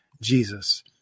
Jesus